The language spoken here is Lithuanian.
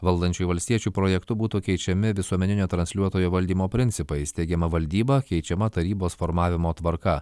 valdančiųjų valstiečių projektu būtų keičiami visuomeninio transliuotojo valdymo principai steigiama valdyba keičiama tarybos formavimo tvarka